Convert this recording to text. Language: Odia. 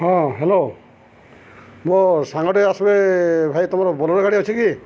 ହଁ ହ୍ୟାଲୋ ମୋ ସାଙ୍ଗଟେ ଆସିବେ ଭାଇ ତମର ବୋଲର ଗାଡ଼ି ଅଛି କି